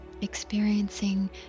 Experiencing